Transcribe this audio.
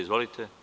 Izvolite.